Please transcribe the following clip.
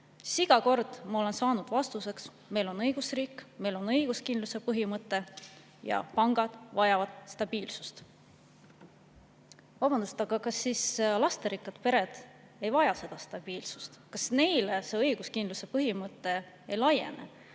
Iga kord olen ma saanud vastuseks, et meil on õigusriik, meil on õiguskindluse põhimõte ja pangad vajavad stabiilsust. Vabandust, aga kas siis lasterikkad pered ei vaja stabiilsust? Kas neile see õiguskindluse põhimõte ei laiene?